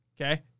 Okay